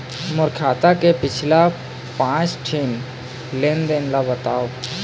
मोर खाता के पिछला पांच ठी लेन देन ला बताव?